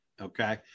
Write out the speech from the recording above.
okay